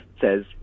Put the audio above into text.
Says